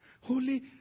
Holy